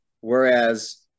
Whereas